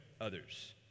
others